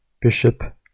bishop